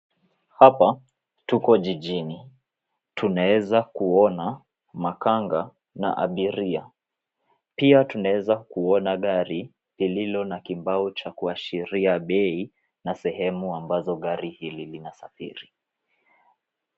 Hapa tuko jijini. Tunaweza kuona makanga na abiria. Pia tunaweza kuona gari lililo na kibao cha kuashiria bei na sehemu ambazo gari hili linasafiri.